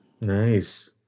Nice